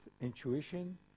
intuition